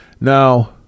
Now